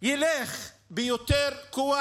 ילך ביותר כוח.